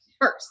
first